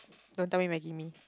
don't tell me maggi mee